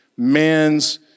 man's